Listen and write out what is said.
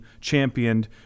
championed